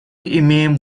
имеем